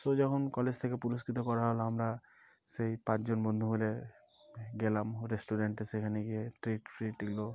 so যখন college থেকে পুরস্কৃত করা হল আমরা সেই পাঁচজন বন্ধু হলে গেলাম রেস্টুরেন্টে সেখানে গিয়ে ট্রিট ফ্রিট এলো